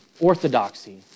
orthodoxy